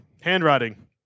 Handwriting